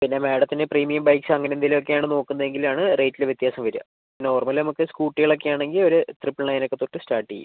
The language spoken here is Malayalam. പിന്നെ മാഡത്തിന് പ്രീമിയം ബൈക്ക്സ് അങ്ങനെ എന്തെങ്കിലുമൊക്കെയാണ് നോക്കുന്നതെങ്കിലാണ് റേറ്റിൽ വ്യത്യാസം വരുക നോർമൽ നമുക്ക് സ്കൂട്ടികൾ ഒക്കെയാണെങ്കിൽ ഒരു ട്രിപ്പിൾ നയൻ ഒക്കെ തൊട്ട് സ്റ്റാർട്ട് ചെയ്യും